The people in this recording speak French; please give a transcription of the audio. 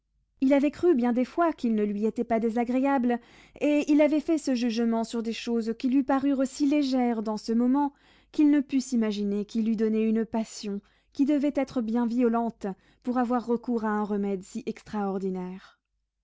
il avait cru bien des fois qu'il ne lui était pas désagréable et il avait fait ce jugement sur des choses qui lui parurent si légères dans ce moment qu'il ne put s'imaginer qu'il eût donné une passion qui devait être bien violente pour avoir recours à un remède si extraordinaire